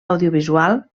audiovisual